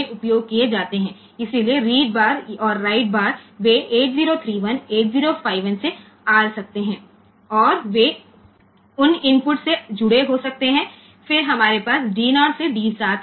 તેથી read bar અને write bar 8031 8051 માંથી આવી શકે છે અને તેઓ તે ઇનપુટ્સ સાથે જોડાયેલા હોઈ શકે છે પછી આપણી પાસે D0 થી D7 છે